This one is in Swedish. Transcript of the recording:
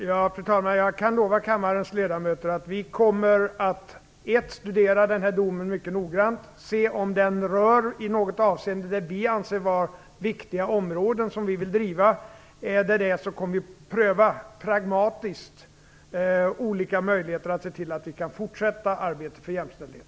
Fru talman! Jag kan lova kammarens ledamöter att vi kommer att studera den här domen mycket noggrant och se om den i något avseende rör det vi anser vara viktiga områden och frågor som vi vill driva. Är det fråga om detta kommer vi att pragmatiskt pröva olika möjligheter att se till att vi kan fortsätta arbetet för jämställdhet.